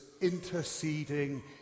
interceding